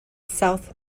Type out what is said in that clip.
south